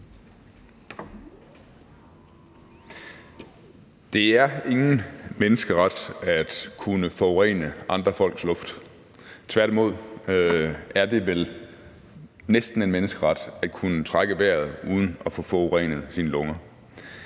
Det er ingen menneskeret at kunne forurene andre folks luft. Tværtimod er det vel næsten en menneskeret at kunne trække vejret uden at få forurenet sine lunger.